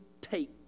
take